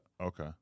Okay